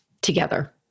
together